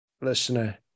listener